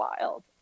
wild